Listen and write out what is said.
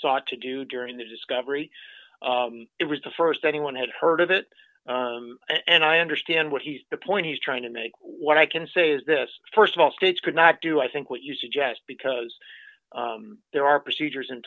sought to do during the discovery it was the st anyone had heard of it and i understand what he's the point he's trying to make what i can say is this st of all states could not do i think what you suggest because there are procedures in